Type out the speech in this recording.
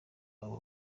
abo